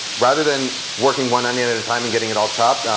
rather than working one onion at a time and getting it all chopped,